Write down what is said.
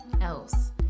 else